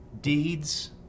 Deeds